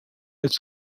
its